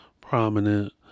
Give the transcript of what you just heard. prominent